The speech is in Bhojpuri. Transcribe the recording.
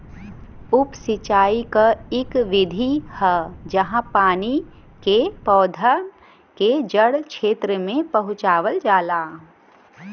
उप सिंचाई क इक विधि है जहाँ पानी के पौधन के जड़ क्षेत्र में पहुंचावल जाला